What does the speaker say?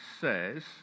says